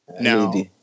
Now